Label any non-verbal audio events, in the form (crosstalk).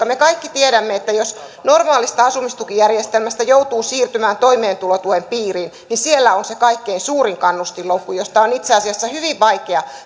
(unintelligible) me kaikki tiedämme että jos normaalista asumistukijärjestelmästä joutuu siirtymään toimeentulotuen piiriin niin siellä on se kaikkein suurin kannustinloukku josta on itse asiassa hyvin vaikea